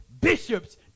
bishops